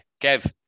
Kev